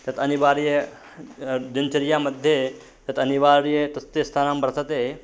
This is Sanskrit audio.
तत् अनिवार्या दिनचर्यामध्ये तत् अनिवार्यं तस्य स्थानं वर्तते